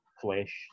flesh